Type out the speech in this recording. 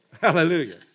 Hallelujah